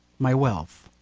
my wealth.